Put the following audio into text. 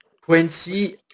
Quincy